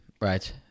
Right